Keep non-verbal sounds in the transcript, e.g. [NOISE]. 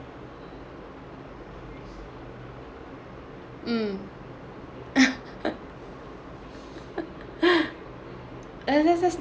mm [LAUGHS]